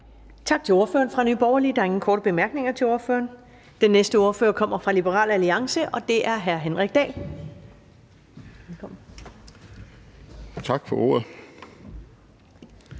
Tak til ordføreren for Nye Borgerlige. Der er ingen korte bemærkninger til ordføreren. Den næste ordfører kommer fra Liberal Alliance, og det er hr. Henrik Dahl. Velkommen.